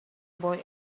boy